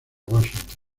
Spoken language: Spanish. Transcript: washington